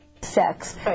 Sex